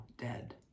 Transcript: dead